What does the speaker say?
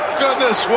goodness